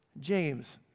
James